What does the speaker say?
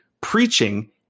preaching